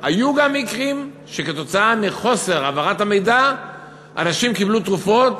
היו גם מקרים שכתוצאה מאי-העברת המידע אנשים קיבלו תרופות